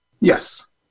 Yes